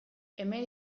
hemen